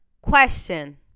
question